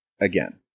again